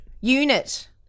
Unit